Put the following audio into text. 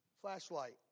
Flashlight